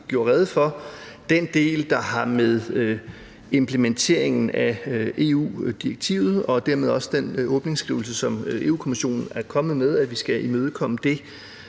forhold til den del, der har at gøre med implementeringen af EU-direktivet og dermed også den åbningsskrivelse, som Europa-Kommissionen er kommet med, at vi skal imødekomme det.